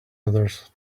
others